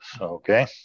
Okay